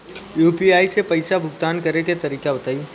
UPI से पईसा भुगतान करे के तरीका बताई?